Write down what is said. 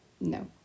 no